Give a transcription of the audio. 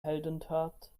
heldentat